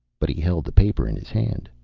but he held the paper in his hand.